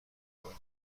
کنی